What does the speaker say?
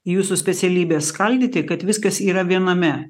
jūsų specialybė skaldyti kad viskas yra viename